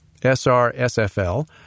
SRSFL